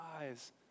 eyes